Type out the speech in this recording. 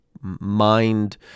mind